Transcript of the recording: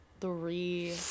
three